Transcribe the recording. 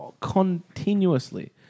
continuously